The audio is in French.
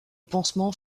pansement